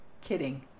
kidding